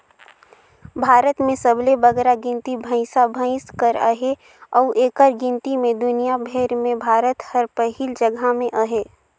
भारत में सबले बगरा गिनती भंइसा भंइस कर अहे अउ एकर गिनती में दुनियां भेर में भारत हर पहिल जगहा में अहे